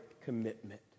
commitment